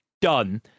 done